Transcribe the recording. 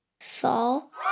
fall